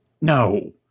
No